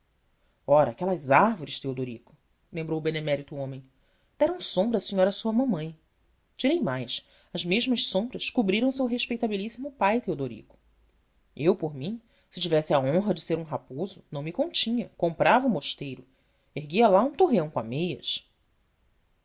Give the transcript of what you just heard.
ora aquelas árvores teodorico lembrou o benemérito homem deram sombra à senhora sua mamã direi mais as mesmas sombras cobriram seu respeitabilíssimo pai teodorico eu por mim se tivesse a honra de ser um raposo não me continha comprava o mosteiro erguia lá um torreão com ameias